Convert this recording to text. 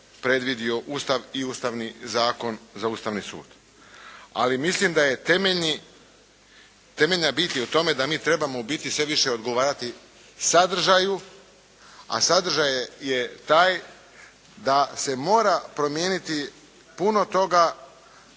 predvidio Ustav i Ustavni zakon za Ustavni sud. Ali mislim da je temeljna bit je u tome da mi trebamo biti, sve više odgovarati sadržaju, a sadržaj je taj da se mora promijeniti puno toga